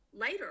later